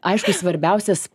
aišku svarbiausias